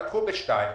הלכו ב-2:00.